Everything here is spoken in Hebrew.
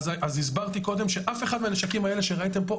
אז הסברתי קודם שאף אחד מהנשקים האלה שראיתם פה,